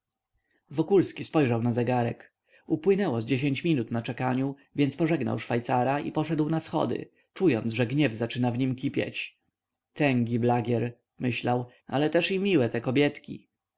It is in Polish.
wokulski spojrzał na zegarek upłynęło z dziesięć minut na czekaniu więc pożegnał szwajcara i poszedł na schody czując że gniew zaczyna w nim kipieć tęgi blagier myślał ale też i miłe te kobietki